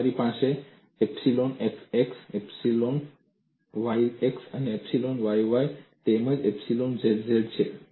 મારી પાસે epsilon xx epsilon xy epsilon yx epsilon yy તેમજ એપ્સીલોન zz છે